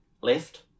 Left